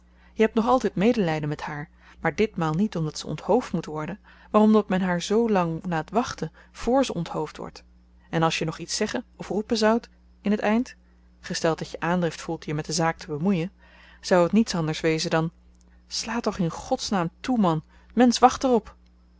je hebt nog altyd medelyden met haar maar ditmaal niet omdat ze onthoofd moet worden maar omdat men haar zoo lang laat wachten vr ze onthoofd wordt en als je nog iets zeggen of roepen zoudt in t eind gesteld dat je aandrift voelt je met de zaak te bemoeien zou t niets anders wezen dan sla toch in godsnaam toe man t mensch wacht er